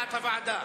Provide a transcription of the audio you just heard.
משרד המשפטים,